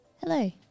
Hello